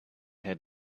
had